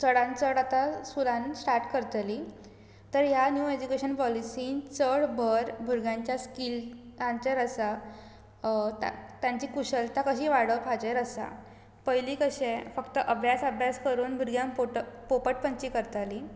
चडांत चड आतां स्कुलांत स्टार्ट करतलीं तर ह्या न्यू एड्युकेशन पॉलिसींत चड भर भुरग्यांच्या स्किलांचेर आसा तांची कुशलता कशी वाडप हाचेर आसा पयलीं कशें फक्त अभ्यास अभ्यास करून भुरग्यांक पोटक पोपट पंची करतालीं